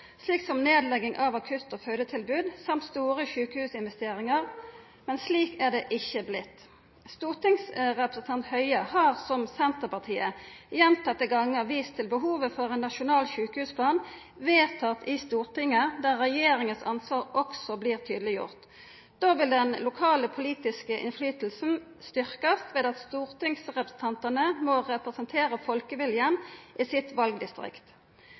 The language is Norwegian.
akutt- og fødetilbod samt store sjukehusinvesteringar, men slik har det ikkje vorte. Stortingsrepresentanten Høie har – som Senterpartiet – gjentekne gonger vist til behovet for ein nasjonal sjukehusplan, vedtatt i Stortinget, der regjeringa sitt ansvar også vert tydeleggjort. Då vil den lokale politiske innverknaden verta styrkt ved at stortingsrepresentantane må representera folkeviljen i sitt valdistrikt.